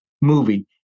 movie